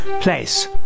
place